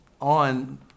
on